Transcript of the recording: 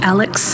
Alex